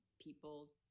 people